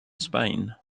spain